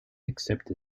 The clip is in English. except